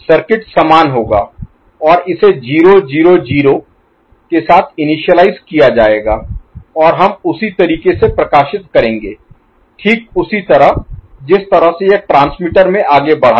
circuit समान होगा और इसे 0 0 0 के साथ इनिशियलाईज किया जाएगा और हम उसी तरीके से प्रकाशित करेंगे ठीक उसी तरह जिस तरह से यह ट्रांसमीटर में आगे बढ़ा था